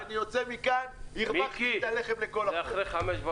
דרור שטרום,